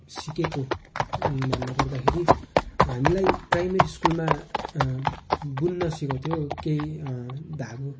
सिकेको भन्नपर्दाखेरि हामीलाई प्राइमरी स्कुलमा बुन्न सिकाउँथ्यो केही धागो